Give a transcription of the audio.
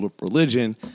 religion